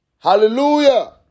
Hallelujah